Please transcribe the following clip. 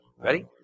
Ready